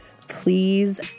Please